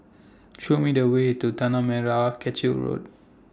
Show Me The Way to Tanah Merah Kechil Road